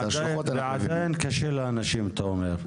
ועדיין קשה לאנשים, אתה אומר?